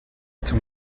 zum